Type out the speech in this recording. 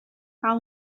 how